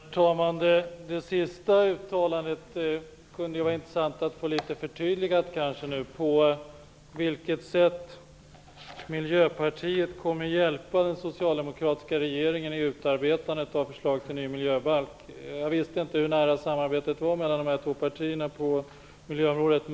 Herr talman! Det sista uttalandet kunde det vara intressant att få litet förtydligat. Det handlar då om på vilket sätt Miljöpartiet kommer att hjälpa den socialdemokratiska regeringen i arbetet med att utarbeta förslag till en ny miljöbalk. Jag visste inte hur nära samarbetet på miljöområdet var när det gäller dessa två partier.